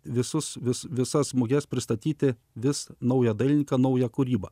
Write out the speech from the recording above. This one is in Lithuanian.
visus vis visas muges pristatyti vis naują dailininką naują kūrybą